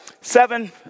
seven